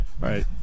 Right